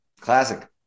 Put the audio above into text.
classic